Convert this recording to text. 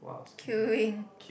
queuing